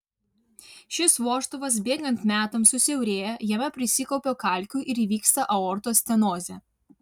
šis vožtuvas bėgant metams susiaurėja jame prisikaupia kalkių ir įvyksta aortos stenozė